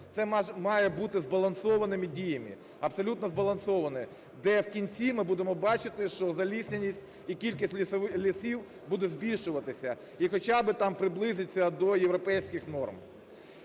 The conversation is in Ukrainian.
Це має бути збалансованими діями. Абсолютно збалансовані, де в кінці ми будемо бачити, що залісеність і кількість лісів буде збільшуватися, і хоча би там приблизиться до європейських норм.